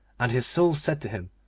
and his soul said to him,